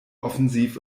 offensiv